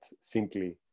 simply